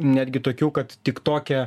netgi tokių kad tik toke